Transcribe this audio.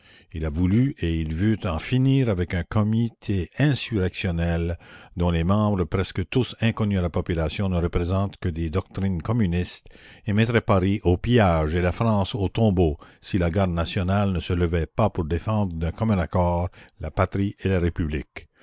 il a voulu et il veut en finir avec un comité insurrectionnel dont les membres presque tous inconnus à la population ne représentent que des doctrines communistes et mettraient paris au pillage et la france au tombeau si la garde nationale ne se levait pas pour défendre d'un commun accord la patrie et la république